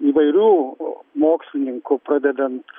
įvairių mokslininkų pradedant